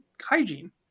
hygiene